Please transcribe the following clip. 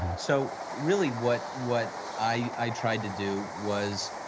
so, really what what i i try to do was